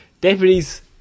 Deputies